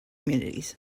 communities